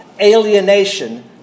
alienation